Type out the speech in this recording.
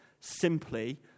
simply